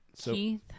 Keith